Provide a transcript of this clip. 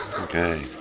Okay